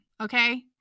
okay